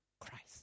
Christ